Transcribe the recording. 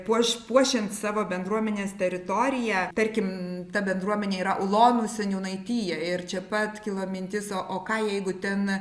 puoš puošiant savo bendruomenės teritoriją tarkim ta bendruomenė yra ulonų seniūnaitija ir čia pat kilo mintis o o ką jeigu ten